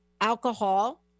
alcohol